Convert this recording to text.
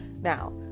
Now